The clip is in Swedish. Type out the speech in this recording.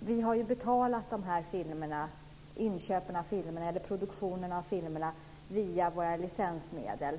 Vi har ju betalat produktionen av filmerna via våra licensmedel.